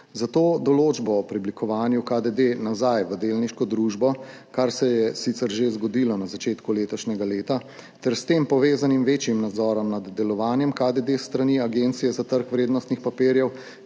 Zato določbo o preoblikovanju KDD nazaj v delniško družbo, kar se je sicer že zgodilo na začetku letošnjega leta, ter s tem povezanim večjim nadzorom nad delovanjem KDD s strani Agencije za trg vrednostnih papirjev,